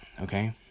okay